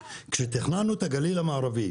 תחבורה ציבורית במרכז,